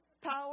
power